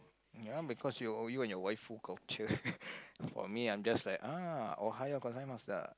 ya because you all and your waifu culture for me I just ah ohayogozaimasu